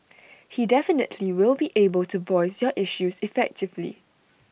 he definitely will be able to voice your issues effectively